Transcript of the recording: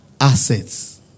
assets